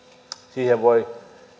siihen voi